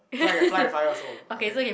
so I can fly with fire also I can